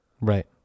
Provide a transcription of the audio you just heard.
Right